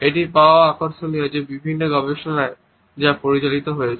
এটি পাওয়াও আকর্ষণীয় যে বিভিন্ন গবেষণায় যা পরিচালিত হয়েছে